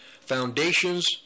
foundations